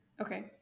Okay